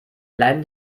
bleiben